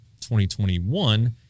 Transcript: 2021